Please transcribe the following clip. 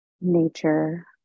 nature